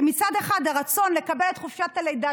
כשמצד אחד הרצון הוא לקבל את חופשת הלידה